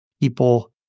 people